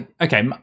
okay